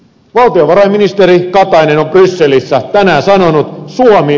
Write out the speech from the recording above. valtiovarainministeri katainen on brysselissä tänään sanonut